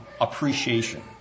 appreciation